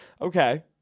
Okay